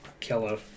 killer